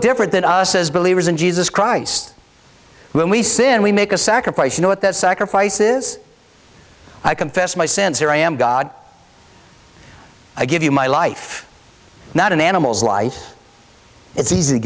different than us as believers in jesus christ when we sin we make a sacrifice you know what that sacrifice is i confess my sins here i am god i give you my life not an animal's life it's easy